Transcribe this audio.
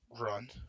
run